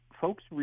Folks